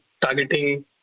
targeting